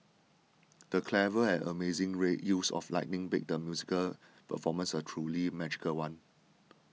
the clever and amazing rain use of lighting made the musical performance a truly magical one